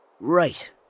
Right